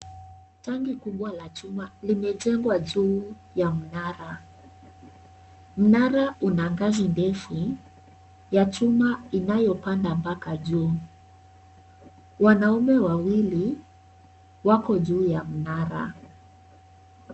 Tanki kubwa la maji limejengwa juu ya mnara. Mnara una ngazi ndefu ya chuma inayopanda mpaka juu. Wanaume wawili wako juu ya mnara.